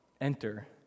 Enter